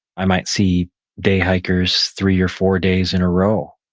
i might see day hikers three or four days in a row,